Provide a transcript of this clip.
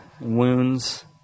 wounds